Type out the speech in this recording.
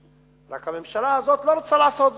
רק הממשלה הזאת לא רוצה לעשות זאת,